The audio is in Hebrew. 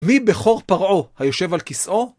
מי בכור פרעה היושב על כסאו?